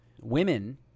women